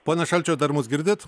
pone šalčiau dar mus girdit